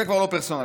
זה כבר לא פרסונלי.